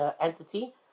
entity